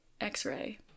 X-ray